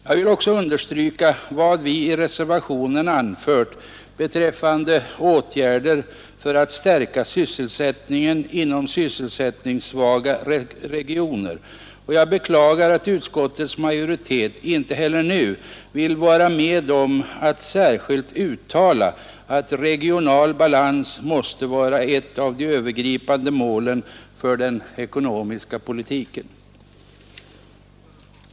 Jag vill också understryka vad vi i reservationen anfört beträffande åtgärder för att stärka sysselsättningen inom sysselsättningssvaga regioner och beklagar, att utskottets majoritet inte heller nu vill vara med om att särskilt uttala att regional balans måste vara ett av de övergripande målen för den ekonomiska politiken.